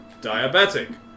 Diabetic